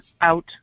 out